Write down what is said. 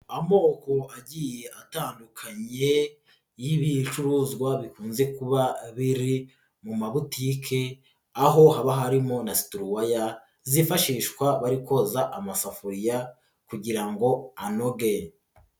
Amoko agiye atandukanye y'ibicuruzwa bikunze kuba biri mu ma butike aho haba harimo na situruwaya zifashishwa bari koza amasafuriya kugira ngo anoge.